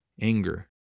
Anger